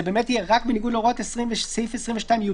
זה באמת יהיה רק "בניגוד להוראת סעיף 22יט(ב)",